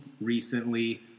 recently